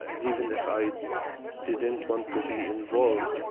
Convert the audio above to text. even if i didn't want to be involved,